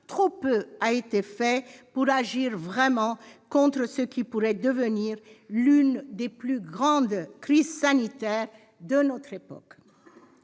trop peu a été fait pour agir vraiment contre ce qui pourrait devenir l'une des plus grandes crises sanitaires de notre époque.